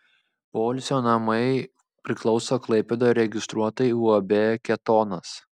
poilsio namai priklauso klaipėdoje registruotai uab ketonas